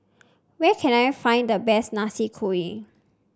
where can I find the best Nasi Kuning